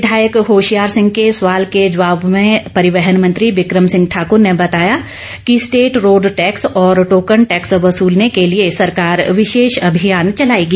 विधायक होशियार सिंह के सवाल के जवाब में परिवहन मंत्री बिक्रम सिंह ठाकर ने बताया कि स्टेट रोड टैक्स और टोकन टैक्स वसूलने के लिए सरकार विशेष अभियान चलाएगी